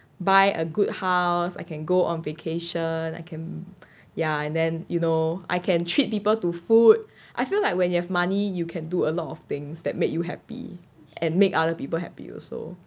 buy a good house I can go on vacation I can ya and then you know I can treat people to food I feel like when you have money you can do a lot of things that make you happy and make other people happy also